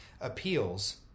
appeals